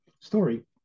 story